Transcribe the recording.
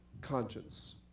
conscience